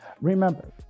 remember